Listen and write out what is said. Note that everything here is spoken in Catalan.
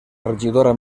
regidora